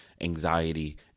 anxiety